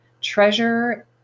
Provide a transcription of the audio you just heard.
treasure